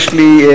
יש לי.